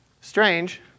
Strange